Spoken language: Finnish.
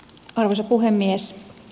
arvoisa puhemies